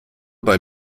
bei